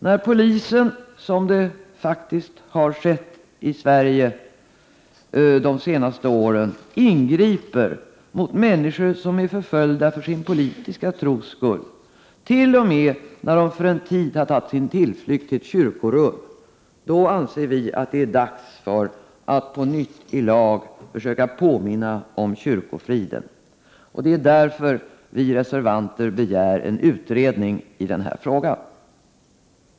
När polisen, som det faktiskt har skett i Sverige de senaste åren, ingriper mot människor som är förföljda för sin politiska tros skull t.o.m. när de för en tid tagit sin tillflykt till ett kyrkorum, anser vi att det är dags att på nytt ilag försöka påminna om kyrkofriden. Det är därför vi reservanter begär en utredning i denna fråga.